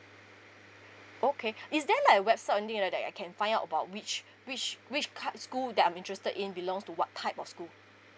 okay is there like a website or anything like that I can find out about which which which kind school that I'm interested in belongs to what type of school